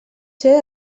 ser